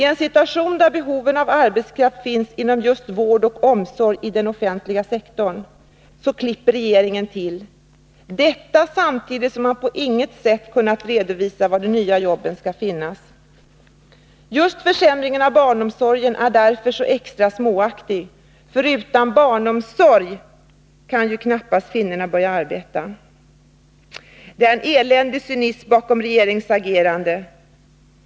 Ten situation då det inom den offentliga sektorn finns behov av arbetskraft inom just vård och omsorg klipper regeringen till, detta samtidigt som man på inget sätt har kunnat redovisa var de nya jobben finns. Just försämringen av barnomsorgen är därför så extra småaktig, för utan barnomsorg kan ju kvinnorna knappast börja arbeta. Det är en eländig cynism bakom regeringens agerande.